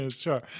sure